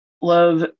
love